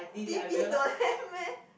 T_P don't have meh